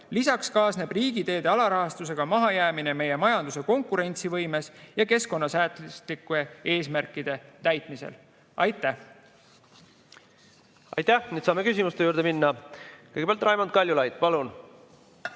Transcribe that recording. Lisaks kaasneb riigiteede alarahastusega mahajäämus meie majanduse konkurentsivõimes ja keskkonnasäästlike eesmärkide täitmisel. Aitäh! Aitäh! Nüüd saame küsimuste juurde minna. Kõigepealt Raimond Kaljulaid. Palun!